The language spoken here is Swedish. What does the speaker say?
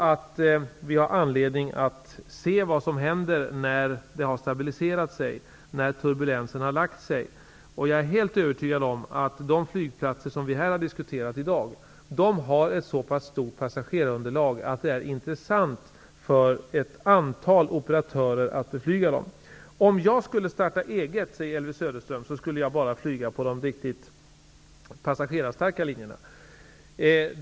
Det finns anledning att avvakta vad som händer när läget har stabiliserat sig och turbulensen har lagt sig. Jag är helt övertygad om att de flygplatser som vi här har diskuterat i dag har ett så pass stort passagerarunderlag att det är intressant för ett antal operatörer att beflyga dem. Om jag skulle starta eget, säger Elvy Söderström, skulle jag bara flyga på de riktigt passagerarstarka linjerna.